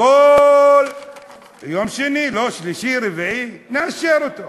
יום שני, לא, שלישי, רביעי, נאשר אותו.